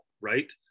right